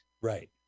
Right